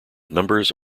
numbers